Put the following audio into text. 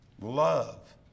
love